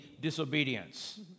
disobedience